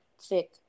thick